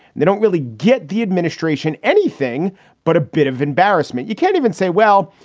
they don't really get the administration anything but a bit of embarrassment. you can't even say, well,